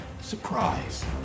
Surprise